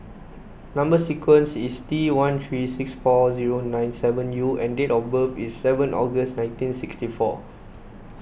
Number Sequence is T one three six four zero nine seven U and date of birth is seven August nineteen sixty four